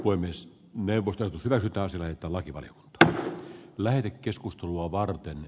voi myös neuvosto vertaa sitä häpeää siitä